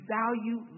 value